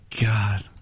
God